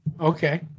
Okay